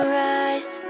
rise